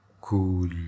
cool